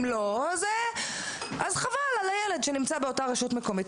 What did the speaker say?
אם לא, אז חבל על הילד שנמצא באותה רשות מקומית.